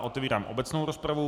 Otevírám obecnou rozpravu.